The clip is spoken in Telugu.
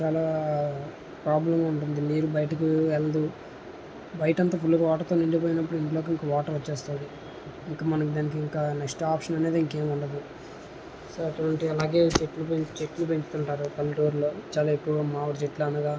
చాలా ప్రాబ్లం ఉంటుంది నీరు బయటికి వెళ్ళదు బయట అంతా పుల్గా వాటర్తో నిండిపోయినప్పుడు ఇంట్లోకి ఇంకా వాటర్ వచేస్తుంది ఇంకా మనకి దానికి ఇంకా నెక్స్ట్ ఆప్షన్ అనేది ఇంకేం ఉండదు సో అటువంటి అలాగే చెట్లు పెంచు చెట్లు పెంచుతుంటారు పల్లెటూరులో చాలా ఎక్కువ మామిడి చెట్లు అనగా